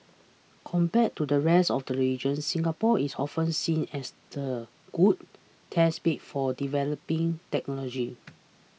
compared to the rest of the region Singapore is often seen as a good test bed for developing technologies